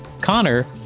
Connor